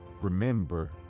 Remember